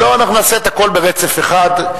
אם לא, נעשה הכול ברצף אחד.